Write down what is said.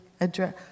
address